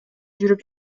жүрүп